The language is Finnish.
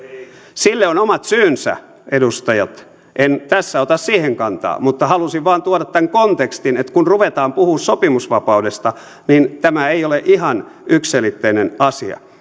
sille on omat syynsä edustajat en tässä ota siihen kantaa mutta halusin vain tuoda tämän kontekstin että kun ruvetaan puhumaan sopimusvapaudesta niin tämä ei ole ihan yksiselitteinen asia